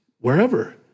wherever